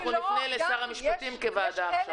ואנחנו נפנה למשרד המשפטים כוועדה.